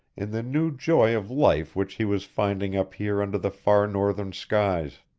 in the new joy of life which he was finding up here under the far northern skies.